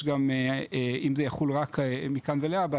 אם זה יחול גם מכאן ולהבא,